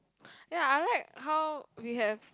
ya I like her we have